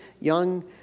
young